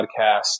podcast